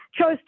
chose